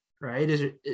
right